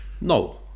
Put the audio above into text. No